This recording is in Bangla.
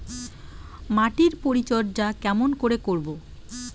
মাটির পরিচর্যা কেমন করে করব?